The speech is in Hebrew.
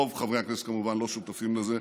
רוב חברי הכנסת כמובן לא שותפים לזה,